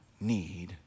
need